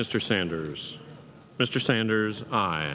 mr sanders mr sanders